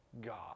God